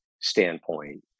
standpoint